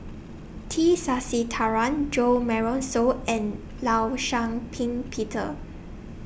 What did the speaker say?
T Sasitharan Jo Marion Seow and law Shau Ping Peter